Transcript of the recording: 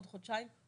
עוד חודשיים,